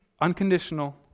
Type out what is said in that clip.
Unconditional